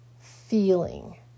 feeling